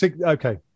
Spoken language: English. Okay